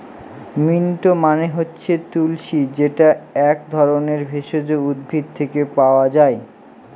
mint মানে হচ্ছে তুলশী যেটা এক ধরনের ভেষজ উদ্ভিদ থেকে পায়